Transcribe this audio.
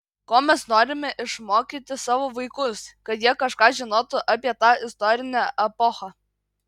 ko mes norime išmokyti savo vaikus kad jie kažką žinotų apie tą istorinę epochą